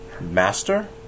Master